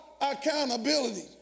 accountability